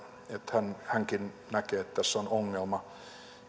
sitä että hänkin näkee että tässä on ongelma